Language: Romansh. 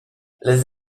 las